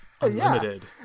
unlimited